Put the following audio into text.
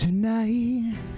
Tonight